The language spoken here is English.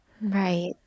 Right